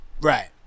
Right